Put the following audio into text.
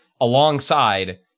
alongside